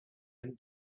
and